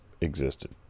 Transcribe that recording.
existed